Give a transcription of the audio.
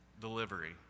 delivery